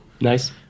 Nice